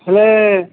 ହେଲେ